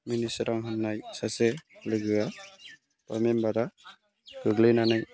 मिनिसोरां होननाय सासे लोगोआ बा मेम्बारा गोग्लैनानै